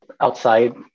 outside